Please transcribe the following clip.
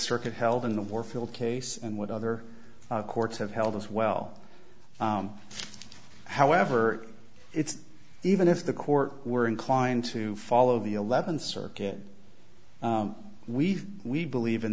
circuit held in the warfield case and what other courts have held as well however it's even if the court were inclined to follow the eleventh circuit we we believe in